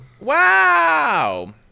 wow